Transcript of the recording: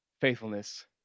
faithfulness